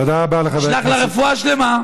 תודה רבה לחבר הכנסת, אשלח לה רפואה שלמה,